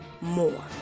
more